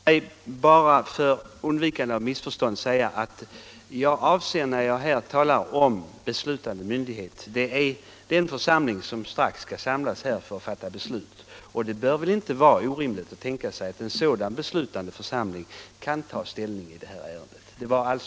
Herr talman! Låt mig bara för undvikande av missförstånd säga att när jag talar om beslutande myndighet, avser jag den församling som strax skall samlas här för att fatta beslut. Det bör väl inte vara orimligt för statsrådet att tänka sig att en sådan beslutande församling kan ta ställning i det här ärendet.